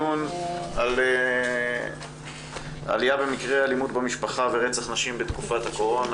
נושא הדיון הוא על עלייה במקרי אלימות במשפחה ורצח נשים בתקופת הקורונה.